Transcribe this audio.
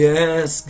Yes